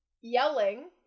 yelling